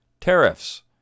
tariffs